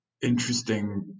interesting